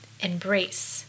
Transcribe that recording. embrace